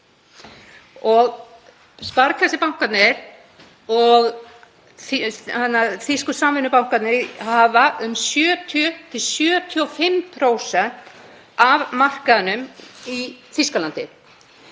Sparkasse-bankarnir og þýsku samvinnubankarnir hafa um 70–75% af markaðnum í Þýskalandi.